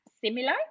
similar